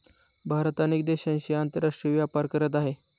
भारत अनेक देशांशी आंतरराष्ट्रीय व्यापार करत आहे